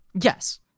Yes